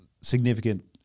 significant